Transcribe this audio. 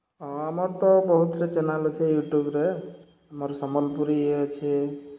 ହଁ ଆମର୍ ତ ବହୁତ୍ଟେ ଚେନାଲ୍ ଅଛେ ୟୁଟ୍ୟୁବ୍ରେ ଆମର୍ ସମ୍ବଲପୁରୀ ଇଏ ଅଛେ